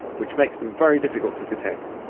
which makes them very difficult to detect.